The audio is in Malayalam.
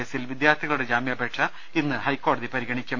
കേസിൽ വിദ്യാർഥികളുടെ ജാമ്യാപേക്ഷ ഇന്ന് ഹൈക്കോടതി പരിഗണിക്കും